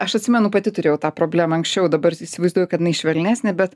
aš atsimenu pati turėjau tą problemą anksčiau dabar įsivaizduoju kad jinai švelnesnė bet